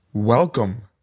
Welcome